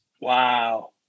Wow